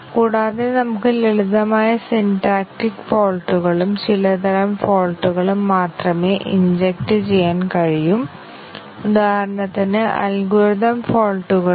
അതിനാൽ ഒരു സ്റ്റേറ്റ്മെന്റിന്റെ ഡെഫിനീഷൻ സെറ്റ് സാധാരണയായി ഒരു വേരിയബിളായിരിക്കും അതേസമയം ഒരു സ്റ്റേറ്റ്മെന്റ് S ന്റെ ഉപയോഗങ്ങൾ നിരവധി വേരിയബിളുകളാകാം